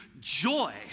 joy